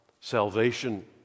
Salvation